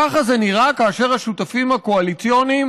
ככה זה נראה כאשר השותפים הקואליציוניים